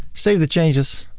save the changes,